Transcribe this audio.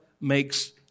makes